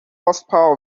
horsepower